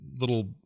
little